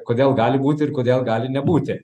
kodėl gali būti ir kodėl gali nebūti